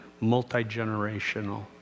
multi-generational